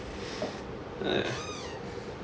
!eeyer!